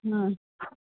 हम्म